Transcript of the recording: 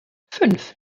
fünf